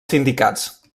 sindicats